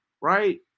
right